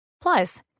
Plus